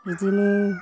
बिदिनो